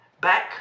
back